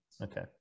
Okay